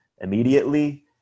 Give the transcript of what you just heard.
immediately